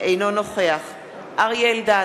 אינו נוכח אריה אלדד,